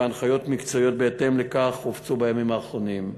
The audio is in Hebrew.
והנחיות מקצועיות בהתאם לכך הופצו בימים האחרונים.